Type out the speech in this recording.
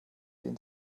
den